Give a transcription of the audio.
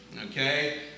Okay